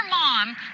mom